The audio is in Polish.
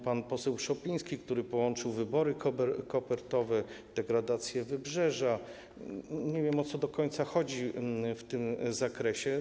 Pan poseł Szopiński, który połączył wybory kopertowe, degradację wybrzeża - nie wiem, o co do końca chodzi w tym zakresie.